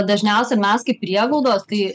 dažniausiai mes kaip prieglaudos kai